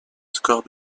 score